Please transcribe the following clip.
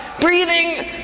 Breathing